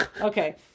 okay